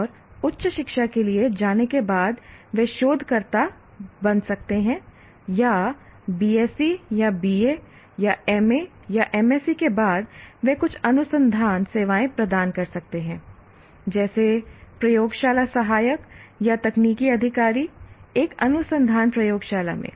और उच्च शिक्षा के लिए जाने के बाद वे शोधकर्ता बन सकते हैं या BSc या BA या MA या MSc के बाद वे कुछ अनुसंधान सेवाएं प्रदान कर सकते हैं जैसे प्रयोगशाला सहायक या तकनीकी अधिकारी एक अनुसंधान प्रयोगशाला में